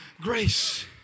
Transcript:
grace